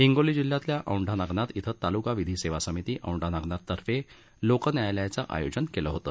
हिंगोली जिल्ह्यातील औंढा नागनाथ इथं तालुका विधी सेवा समीती औंढा नागनाथ तर्फे लोकन्यायालयाचे आयोजन करण्यात आले होते